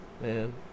man